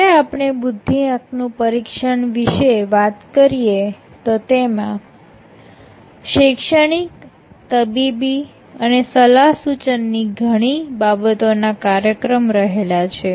જયારે આપણે બુદ્ધિઆંકનું પરીક્ષણ વિશે વાત કરીએ તો તેમાં શૈક્ષણિક તબીબી અને સલાહ સુચન ની ઘણી બાબતો ના કાર્યક્રમ રહેલા છે